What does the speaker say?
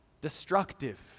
destructive